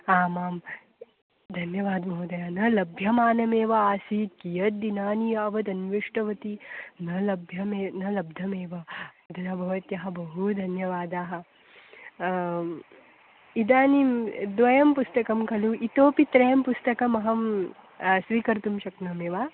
आम् आं धन्यवादाः महोदयाः न लभ्यमानमेव आसीत् कियद् दिनानि यावद् अन्विष्टवती न लभ्यमेव न लब्धमेव अतः भवत्यै बहु धन्यवादाः इदनीं द्वे पुस्तके खलु इतोऽपि त्रीणि पुस्तकानि अहं स्वीकर्तुं शक्नोमि वा